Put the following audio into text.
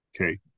Okay